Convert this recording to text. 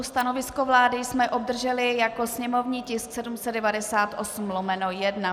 Stanovisko vlády jsme obdrželi jako sněmovní tisk 798/1.